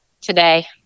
today